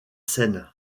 seine